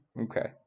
Okay